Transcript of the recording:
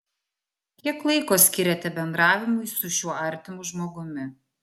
kiek laiko skiriate bendravimui su šiuo artimu žmogumi